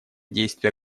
действия